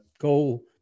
goal